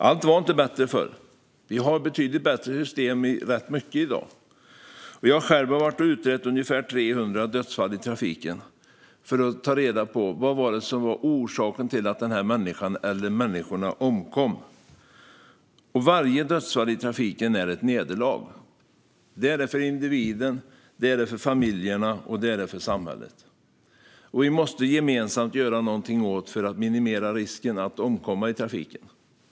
Allt var inte bättre förr. Vi har betydligt bättre system för rätt mycket i dag. Jag har själv utrett ungefär 300 dödsfall i trafiken för att ta reda på orsaken till att människor omkommit. Varje dödsfall i trafiken är ett nederlag för individen, för familjerna och för samhället. Vi måste gemensamt göra någonting åt detta för att minimera risken att omkomma i trafiken.